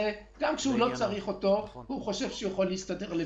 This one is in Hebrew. גם כשהוא לא צריך אותו והוא חושב שהוא יכול להסתדר לבד.